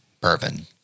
bourbon